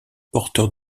porteur